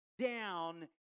down